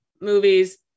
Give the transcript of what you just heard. movies